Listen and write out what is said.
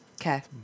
Okay